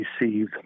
receive